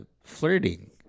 flirting